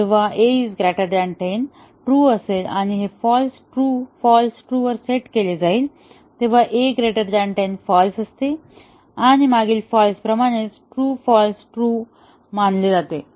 जेव्हा a10 true असेल आणि हे फाँल्स ट्रू फाँल्स ट्रू वर सेट केले जाईल तेव्हा a 10 फाँल्स असते आणि मागील फाल्स प्रमाणेच ट्रू फाँल्स ट्रू मानले जाते